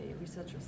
researchers